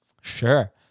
Sure